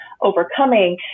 overcoming